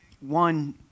one